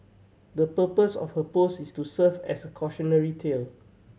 the purpose of her post is to serve as a cautionary tale